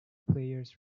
players